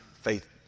faith